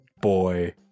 boy